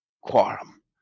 quorum